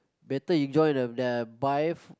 better you join the the buy~